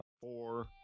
four